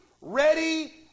ready